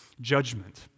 judgment